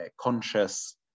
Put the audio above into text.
conscious